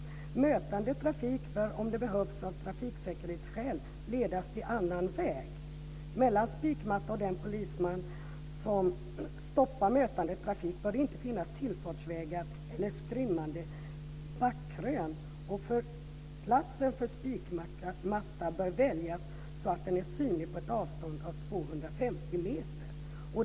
Mötande trafik bör om det behövs av trafiksäkerhetsskäl ledas till annan väg. Mellan spikmatta och den polisman som stoppar mötande trafik bör det inte finnas tillfartsvägar eller skrymmande backkrön. Platsen för spikmatta bör väljas så att den är synlig på ett avstånd av 250 meter.